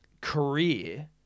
career